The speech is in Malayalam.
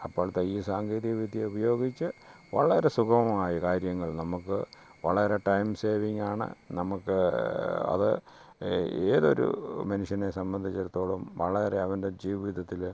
അപ്പോഴത്തെ ഈ സാങ്കേതിക വിദ്യ ഉപയോഗിച്ച് വളരെ സുഗമമായി കാര്യങ്ങൾ നമ്മൾക്ക് വളരെ ടൈം സേവിങ്ങാണ് നമുക്ക് അത് ഏതൊരു മനുഷ്യനെ സംബന്ധിച്ചെടുത്തോളം വളരെ അവൻ്റെ ജീവിതത്തിൽ